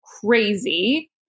crazy